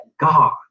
God